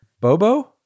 Bobo